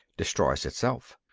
destroys itself.